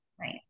right